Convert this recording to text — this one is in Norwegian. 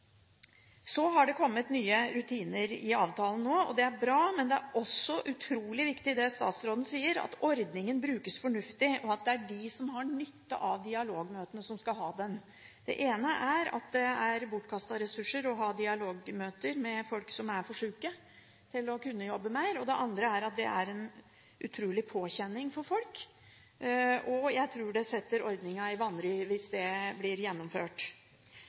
Så har det nå kommet nye rutiner i avtalen, og det er bra. Men det er også utrolig viktig det statsråden sier, at ordningen brukes fornuftig, og at det er de som har nytte av dialogmøtene, som skal ha dem. Det ene er at det er bortkastede ressurser å ha dialogmøter med folk som er for syke til å kunne jobbe mer, og det andre er at det er en utrolig påkjenning for folk – og jeg tror det setter ordningen i vanry – hvis det blir gjennomført.